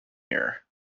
here